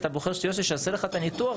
אתה בוחר את יוסי שיעשה לך את הניתוח.